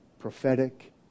prophetic